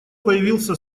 появился